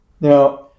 Now